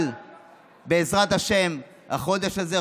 אבל בעזרת השם בחודש הזה,